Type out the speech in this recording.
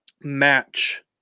match